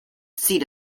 seat